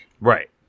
Right